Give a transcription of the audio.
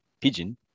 pigeon